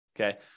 okay